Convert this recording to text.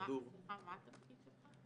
מה תפקידך?